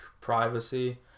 privacy